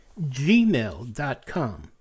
gmail.com